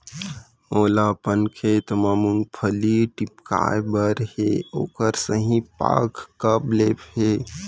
मोला अपन खेत म मूंगफली टिपकाय बर हे ओखर सही पाग कब ले हे?